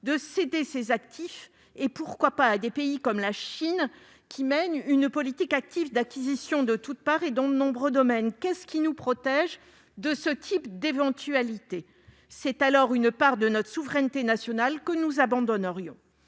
de céder ces actifs, et pourquoi pas à des pays comme la Chine qui mène une politique active d'acquisitions partout et dans de nombreux domaines ? Qu'est-ce qui nous protège de ce type d'éventualité ? C'est alors une part de notre souveraineté nationale que nous abandonnerions